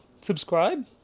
subscribe